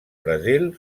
brasil